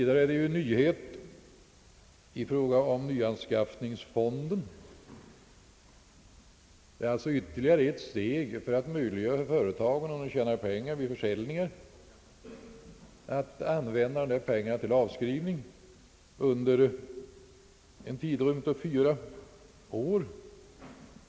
Det finns också en nyhet i fråga om nyanskaffningsfonden som innebär ytterligare ett steg för att möjliggöra för företagen att om de tjänar pengar vid försäljningar använda dessa pengar till avskrivning under en tidrymd av fyra år.